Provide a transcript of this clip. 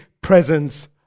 presence